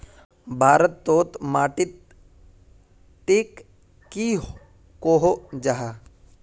भारत तोत माटित टिक की कोहो जाहा?